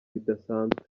bidasanzwe